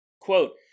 Quote